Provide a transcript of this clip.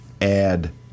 add